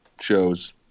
shows